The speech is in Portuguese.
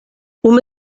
uma